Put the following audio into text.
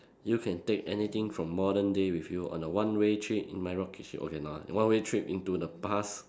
you can take anything from modern day with you on the one way trip in my rocket ship okay no lah one way trip into the past